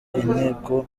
inteko